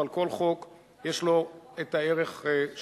אבל כל חוק יש לו הערך שלו.